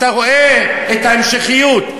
אתה רואה את ההמשכיות.